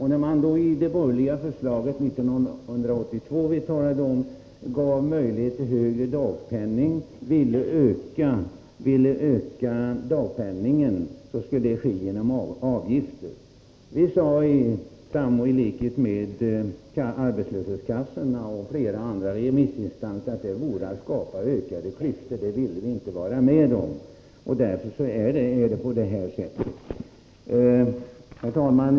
I det borgerliga förslag från år 1982 som vi talat om här ville man öka dagpenningen genom avgifter. Vi sade i likhet med arbetslöshetskassorna och flera andra remissinstanser att det vore att skapa ytterligare utgifter, och det ville vi inte vara med om. Därför är det på detta sätt i dag. Herr talman!